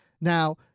Now